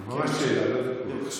אבל ממש שאלה, לא ויכוח.